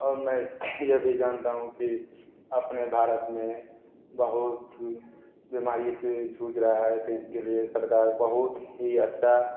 और मैं ये भी जनता हूँ कि अपने भारत में बहुत ही बीमारियों से जूझ रहा है तो इसके लिए सरकार बहुत ही अच्छा